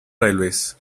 railways